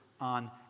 on